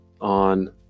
on